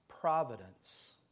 providence